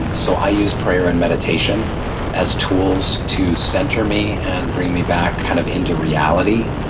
and so i use prayer and meditation as tools to center me and bring me back kind of into reality.